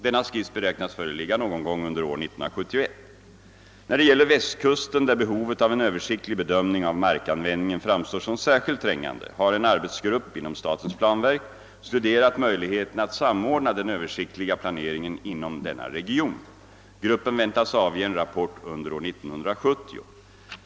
Denna skiss beräknas föreligga någon gång under år 1971. När det gäller västkusten där behovet av en översiktlig bedömning av markanvändningen framstår som särskilt trängande har en arbetsgrupp inom statens planverk studerat möjligheterna att samordna den översiktliga planeringen inom denna region. Gruppen väntas avge en rapport under år 1970.